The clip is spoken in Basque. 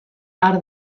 har